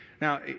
Now